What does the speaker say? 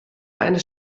eine